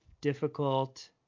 difficult